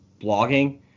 blogging